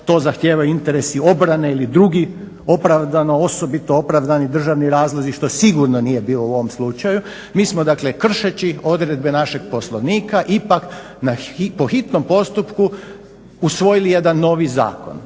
to zahtijevaju interesi obrane ili drugi opravdano, osobito opravdani državni razlozi što sigurno nije bilo u ovom slučaju, mi smo dakle kršeći odredbe našeg Poslovnika ipak po hitnom postupku usvojili jedan novi zakon